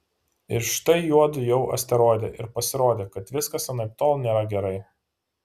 ir štai juodu jau asteroide ir pasirodė kad viskas anaiptol nėra gerai